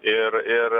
ir ir